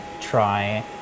try